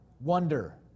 wonder